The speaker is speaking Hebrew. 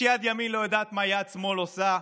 שיד ימין לא יודעת מה יד שמאל עושה.